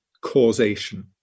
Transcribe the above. causation